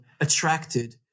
attracted